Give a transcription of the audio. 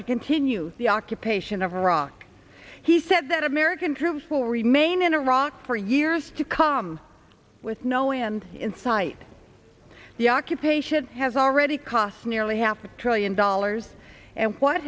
to continue the occupation of iraq he said that american troops will remain in iraq for years to come with no end in sight the occupation has already cost nearly half a trillion dollars and what